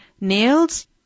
nails